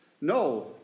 No